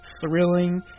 thrilling